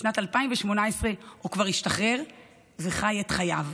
בשנת 2018 הוא כבר השתחרר וחי את חייו.